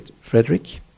Frederick